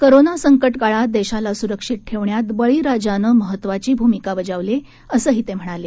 corona संकटकाळात देशाला सुरक्षित ठेवण्यात बळीराजानं महत्वाची भूमिका बजावली आहे असंही ते म्हणाले